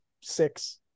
six